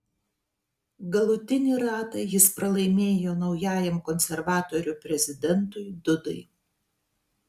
galutinį ratą jis pralaimėjo naujajam konservatorių prezidentui dudai